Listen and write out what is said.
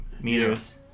meters